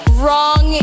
wrong